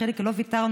חיליק, לא ויתרנו.